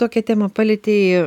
tokią temą palietei